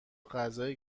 غذای